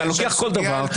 אתה לוקח כל דבר,